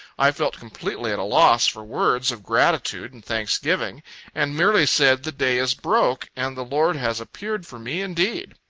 i felt completely at a loss for words of gratitude and thanksgiving and merely said, the day is broke, and the lord has appeared for me indeed!